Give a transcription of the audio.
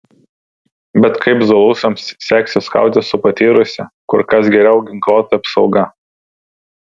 bet kaip zulusams seksis kautis su patyrusia kur kas geriau ginkluota apsauga